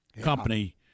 company